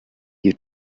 you